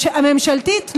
הממשלתית,